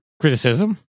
criticism